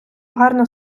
гарно